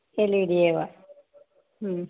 L E D एव